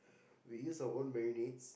we use our own marinates